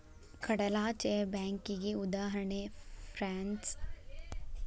ಕಡಲಾಚೆಯ ಬ್ಯಾಂಕಿಗಿ ಉದಾಹರಣಿ ಅಂದ್ರ ಫ್ರಾನ್ಸ್ ಇಲ್ಲಾ ಯುನೈಟೆಡ್ ಸ್ಟೇಟ್ನ್ಯಾಗ್ ಇರೊ ಸ್ವಿಟ್ಜರ್ಲ್ಯಾಂಡ್ ಮೂಲದ್ ಬ್ಯಾಂಕ್ ಶಾಖೆ